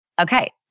Okay